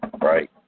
Right